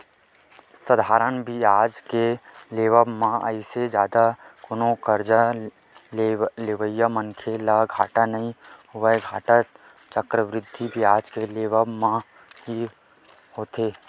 साधारन बियाज के लेवब म अइसे जादा कोनो करजा लेवइया मनखे ल घाटा नइ होवय, घाटा चक्रबृद्धि बियाज के लेवब म ही होथे